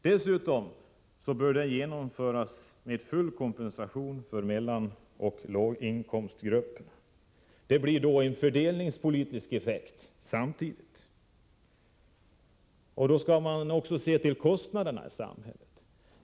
Dessutom bör den genomföras med full kompensation för mellanoch låginkomsttagare. Det blir då en bättre fördelningspolitisk effekt samtidigt. Sedan skall man också se till kostnaderna i samhället.